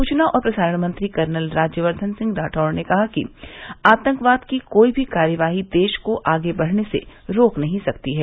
सूचना और प्रसारण मंत्री कर्नल राज्यवर्द्धन राठौड़ ने कहा कि आतंकवाद की कोई भी कार्रवाई देश को आगे बढ़ने से रोक नहीं सकती है